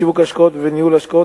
בשיווק השקעות ובניהול השקעות,